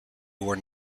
were